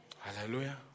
Hallelujah